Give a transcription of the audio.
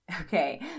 okay